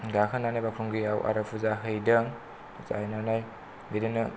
गाखोनानै बावखुंग्रिआव आरो फुजा हैदों फुजा हैनानै बिदिनो